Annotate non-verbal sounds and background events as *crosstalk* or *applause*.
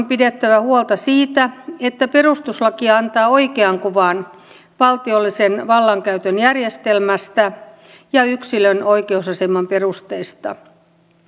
*unintelligible* pidettävä huolta siitä että perustuslaki antaa oikean kuvan valtiollisen vallankäytön järjestelmästä ja yksilön oikeusaseman perusteista